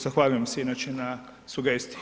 Zahvaljujem se inače na sugestiji.